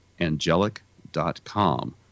angelic.com